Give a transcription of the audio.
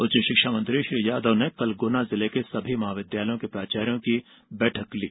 उच्च शिक्षा मंत्री श्री यादव कल गुना जिले के सभी महाविद्यालयों के प्राचार्यों की बैठक ली